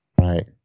Right